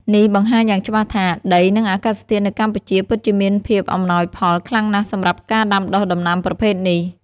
នេះបង្ហាញយ៉ាងច្បាស់ថា ដី និងអាកាសធាតុនៅកម្ពុជាពិតជាមានភាពអំណោយផលខ្លាំងណាស់សម្រាប់ការដាំដុះដំណាំប្រភេទនេះ។